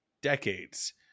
decades